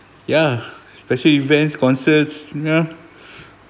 ya special events concerts you know